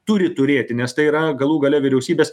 turi turėti nes tai yra galų gale vyriausybės